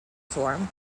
form